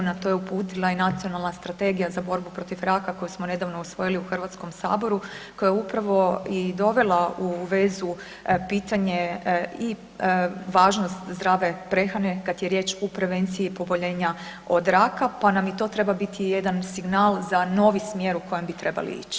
Na to je uputila i Nacionalna strategija za borbu protiv raka koju smo nedavno usvojili u HS-u koja upravo i dovela u vezu pitanje i važnost zdrave prehrane kada je riječ u prevenciji poboljenja od raka pa nam i to treba biti jedan signal za novi smjer u kojem bi trebali ići.